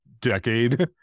decade